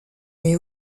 mais